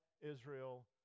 Israel